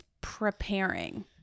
preparing